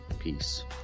Peace